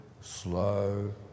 slow